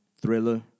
thriller